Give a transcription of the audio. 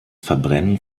verbrennen